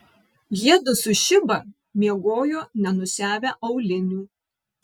jiedu su šiba miegojo nenusiavę aulinių